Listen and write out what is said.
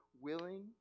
willing